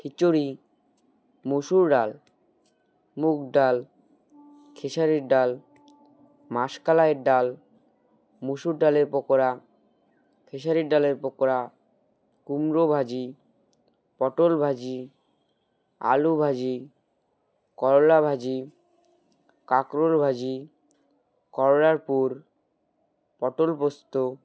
খিচুড়ি মুসুর ডাল মুগ ডাল খেসারির ডাল মাশকলাইয়ের ডাল মুসুর ডালের পকোড়া খেসারির ডালের পকোড়া কুমড়ো ভাজি পটল ভাজি আলু ভাজি করলা ভাজি কাঁকরোল ভাজি করলার পুর পটল পোস্ত